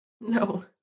no